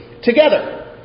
together